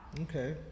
Okay